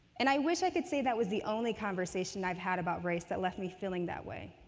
and i wish i could say that was the only conversation i've had about race that left me feeling that way.